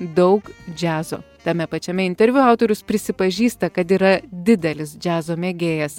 daug džiazo tame pačiame interviu autorius prisipažįsta kad yra didelis džiazo mėgėjas